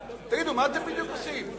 תגידו, מה אתם בדיוק עושים?